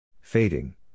fading